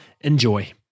enjoy